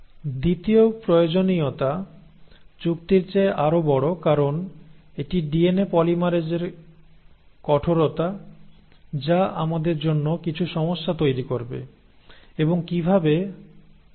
দ্বিতীয় প্রয়োজনীয়তা চুক্তির চেয়ে আরও বড় কারণ এটি ডিএনএ পলিমেরেজের কঠোরতা যা আমাদের জন্য কিছু সমস্যা তৈরি করবে এবং কিভাবে আমরা তা দেখব